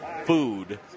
Food